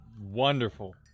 wonderful